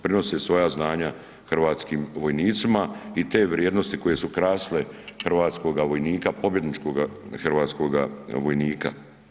Prenose svoja znanja hrvatskim vojnicima i te vrijednosti koje su krasile hrvatskoga vojnika, pobjedničkoga hrvatskoga vojnika.